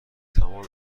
تمام